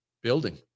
building